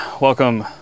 welcome